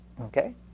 Okay